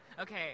okay